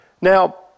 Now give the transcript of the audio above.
Now